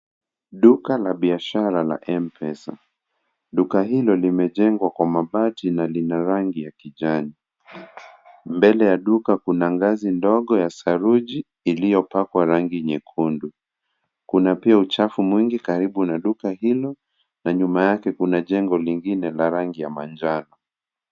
Duka la biasbara la Mpesa, duka hilo limejengwa kwa mabati, na lina rangi ya kijani, mbele ya duka kuna ngazi ndogo ya saruji, ilio pakwa rangi nyekundu, kuna pia uchafu mwingi karibu na duka hilo, na nyuma yake kuna jengo lingine la rangi ya manjano.